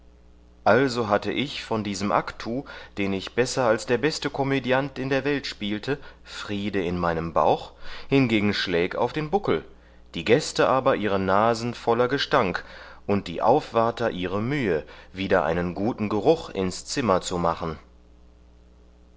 also hatte ich von diesem actu den ich besser als der beste komödiant in der welt spielte friede in meinem bauch hingegen schläg auf den buckel die gäste aber ihre nasen voller gestank und die aufwarter ihre mühe wieder einen guten geruch ins zimmer zu machen